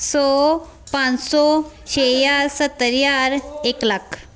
ਸੌੌ ਪੰਜ ਸੌੌ ਛੇ ਹਜ਼ਾਰ ਸੱਤਰ ਹਜ਼ਾਰ ਇੱਕ ਲੱਖ